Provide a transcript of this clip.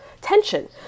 tension